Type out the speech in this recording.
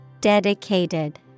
Dedicated